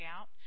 out